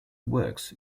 works